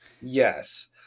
yes